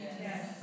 Yes